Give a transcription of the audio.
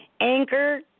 Anchor